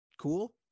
cool